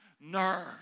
nerve